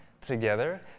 together